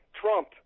Trump